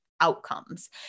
outcomes